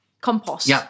compost